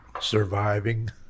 Surviving